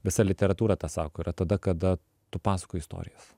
visa literatūra tą sako yra tada kada tu pasakoji istorijas